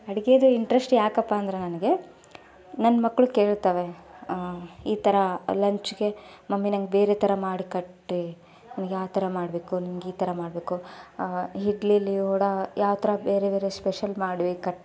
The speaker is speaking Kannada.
ಅಡುಗೆಯದು ಇಂಟ್ರೆಸ್ಟ್ ಯಾಕಪ್ಪ ಅಂದರೆ ನನಗೆ ನನ್ನ ಮಕ್ಕಳು ಕೇಳ್ತವೆ ಈ ಥರ ಲಂಚ್ಗೆ ಮಮ್ಮಿ ನಂಗೆ ಬೇರೆ ಥರ ಮಾಡಿ ಕಟ್ಟಿರಿ ನನಗೆ ಆ ಥರ ಮಾಡಬೇಕು ನಿನ್ಗೆ ಈ ಥರ ಮಾಡಬೇಕು ಇಡ್ಲಿಲ್ಲಿ ವಡೆ ಯಾವ ಥರ ಬೇರೆ ಬೇರೆ ಸ್ಪೆಷಲ್ ಮಾಡ್ಬೇಕು